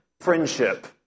friendship